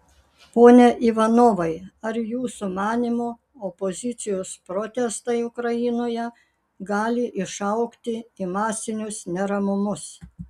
pone ivanovai ar jūsų manymu opozicijos protestai ukrainoje gali išaugti į masinius neramumus